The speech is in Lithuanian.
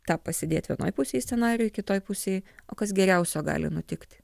tą pasidėt vienoje pusėje scenarijų kitoj pusėj o kas geriausio gali nutikti